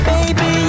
Baby